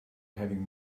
having